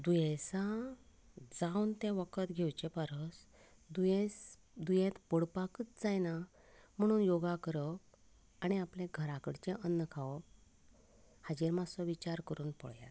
दुयेंसां जावन तें वखद घेवचें परस दुयेंस दुयेंत पडपाकच जायना म्हणून योगा करप आनी आपलें घरा कडचें अन्न खावप हाजेर मातसो विचार करून पळेयात